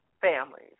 families